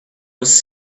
was